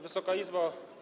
Wysoka Izbo!